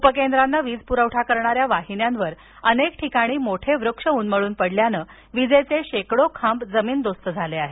उपकेंद्रांना वीज पुरवठा करणाऱ्या वाहिन्यांवर अनेक ठिकाणी मोठे वृक्ष उन्मळून पडल्यान विजेचे शेकडो खांब जमीनदोस्त झाले आहेत